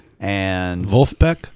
Wolfbeck